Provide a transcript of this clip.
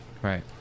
Right